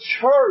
church